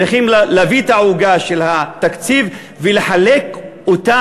צריכים להביא את העוגה של התקציב ולחלק אותה